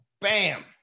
bam